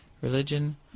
religion